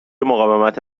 مقاومت